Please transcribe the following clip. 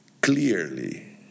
clearly